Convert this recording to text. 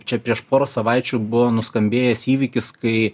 čia prieš porą savaičių buvo nuskambėjęs įvykis kai